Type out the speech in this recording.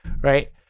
right